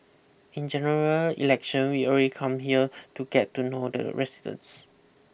in General Election we've already come here to get to know the residents